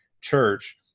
church